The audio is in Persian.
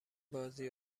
بازی